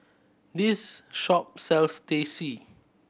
this shop sells Teh C